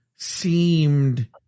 seemed